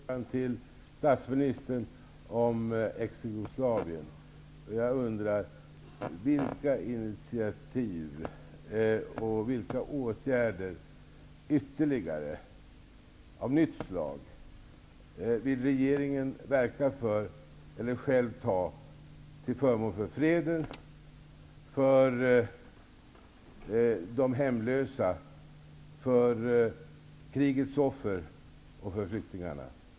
Fru talman! Jag vill ställa en fråga till statsministern om Ex-Jugoslavien. Vilka initiativ och vilka ytterligare åtgärder -- av nytt slag -- vill regeringen verka för, eller själv ta, till förmån för freden, för de hemlösa, för krigets offer och för flyktingarna?